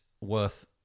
worth